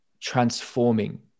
transforming